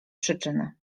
przyczyny